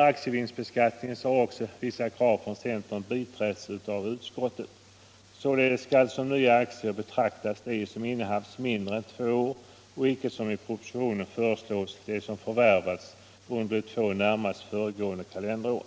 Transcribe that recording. aktievinstbeskattningen har också vissa krav från centern biträtts av utskottet. Således skall som nya aktier betraktas de som innehafts mindre än två år och icke, som i propositionen föreslås, de som förvärvats under de två närmast föregående kalenderåren.